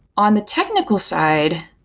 on the technical side,